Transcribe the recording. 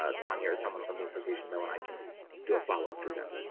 ah tanya or someone from the association know when i can do a follow up to them.